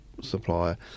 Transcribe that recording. supplier